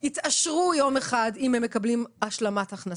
יתעשרו יום אחד אם הם מקבלים השלמת הכנסה.